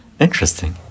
Interesting